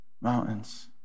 mountains